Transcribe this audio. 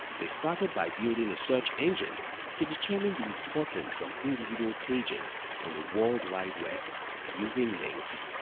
they started by building a search engine to determine the importance of individual pages on the world wide web using links.